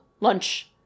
lunch